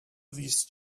these